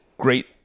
Great